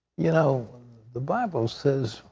you know the bible says,